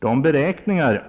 De beräkningar